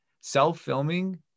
self-filming